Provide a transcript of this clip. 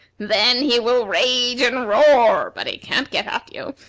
then he will rage and roar, but he can't get at you,